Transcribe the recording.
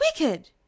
wicked